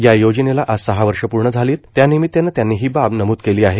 या योजनेला आज सहा वर्ष पूर्ण झाली त्यानिमितानं त्यांनी ही बाब नमूद केली आहे